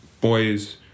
boys